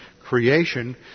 creation